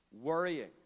worrying